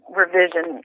revision